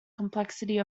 complexity